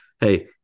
hey